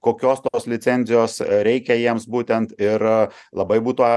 kokios tos licenzijos reikia jiems būtent ir labai būtų